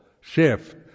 shift